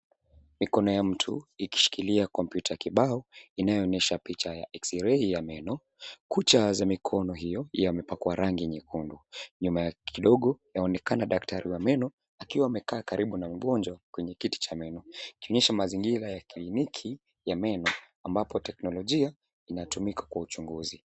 Mikono ya mtu ikishikilia kompyuta kibao inayoonyesha picha ya x-ray ya meno. Kucha za mikono hio yamepakwa rangi nyekundu. Nyuma yake kidogo inaonekana daktari wa meno akiwa amekaa karibu na mgonjwa kwenye kiti cha meno, ikionyesha mazingira ya kliniki ya meno ambapo teknolojia inatumika kwa uchunguzi.